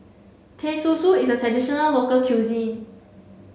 Teh Susu is a traditional local cuisine